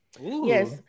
Yes